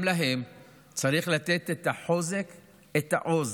גם להן צריך לתת את החוזק ואת העוז.